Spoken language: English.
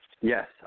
Yes